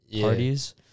parties